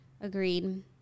agreed